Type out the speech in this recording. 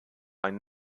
ein